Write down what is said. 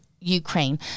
ukraine